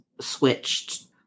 switched